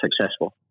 successful